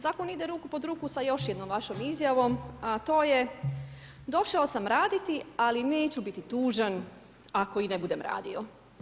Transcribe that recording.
Zakon ide ruku pod ruku sa još jednom vašom izjavom a to je, došao sam raditi ali neću biti tužan ako i ne budem radio.